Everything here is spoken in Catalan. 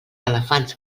elefants